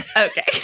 Okay